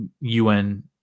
UN